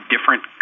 different